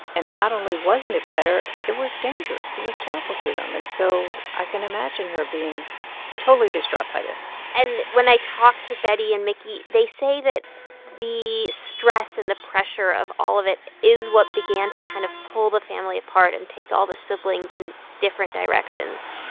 and not only wasn't it better, it was dangerous. it was terrible to them. and so i can imagine her being totally distraught by this and when i talked to betty and mickey, they say that the stress and the pressure of all of it is what began to kind of pull the family apart and take all the siblings in different directions.